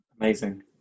Amazing